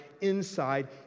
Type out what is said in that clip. inside